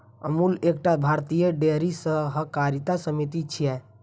अमूल एकटा भारतीय डेयरी सहकारी समिति छियै